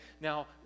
Now